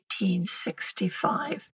1865